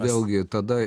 vėlgi tada